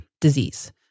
disease